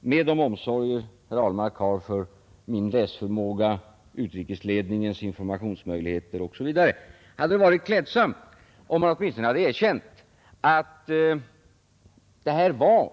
Med de omsorger herr Ahlmark har om min läsförmåga, om utrikesledningens informationsmöjligheter osv. hade det varit klädsamt, om han åtminstone hade erkänt att det här var